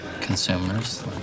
Consumers